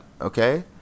okay